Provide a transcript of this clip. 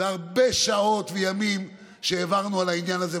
והרבה שעות וימים העברנו על העניין הזה,